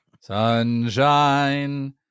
Sunshine